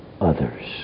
others